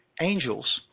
angels